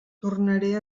tornaré